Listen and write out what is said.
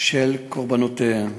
של קורבנותיהם